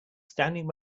standing